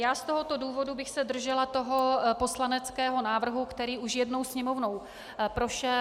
Z tohoto důvodu bych se držela toho poslaneckého návrhu, který už jednou Sněmovnou prošel.